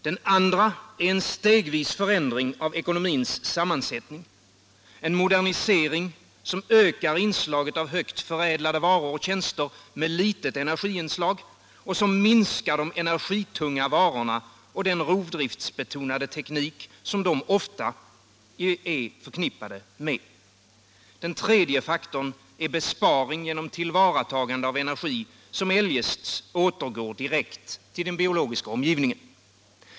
Den andra faktorn är en stegvis förändring av ekonomins sammansättning, en modernisering som ökar inslaget av högt förädlade varor och tjänster med litet energiinslag och som minskar de energitunga varorna och den rovdriftsbetonade teknik som de ofta är förknippade med. Den tredje faktorn är besparing genom tillvaratagande av energi som eljest återgår direkt till den biologiska omgivningen.